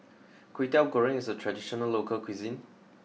Kwetiau Goreng is a traditional local cuisine